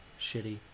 shitty